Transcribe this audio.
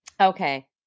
Okay